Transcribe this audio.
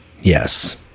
yes